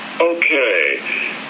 okay